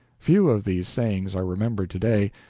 few of these sayings are remembered to-day,